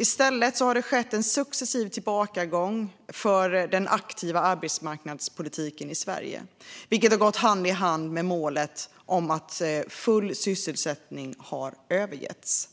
I stället har det skett en successiv tillbakagång för den aktiva arbetsmarknadspolitiken i Sverige, vilket har gått hand i hand med att målet om full sysselsättning har övergetts.